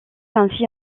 ainsi